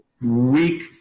weak